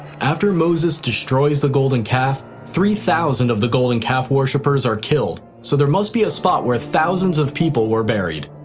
after moses destroys the golden calf, three thousand of the golden calf worshipers are killed. so there must be a spot where thousands of people were buried.